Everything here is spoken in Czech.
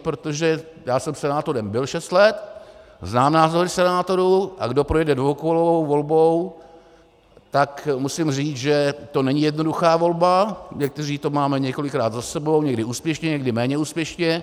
Protože já jsem senátorem byl šest let, znám názory senátorů, a kdo projde dvoukolovou volbou, tak musím říct, že to není jednoduchá volba, někteří to máme několikrát za sebou, někdy úspěšně, někdy méně úspěšně.